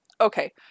Okay